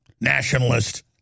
Nationalist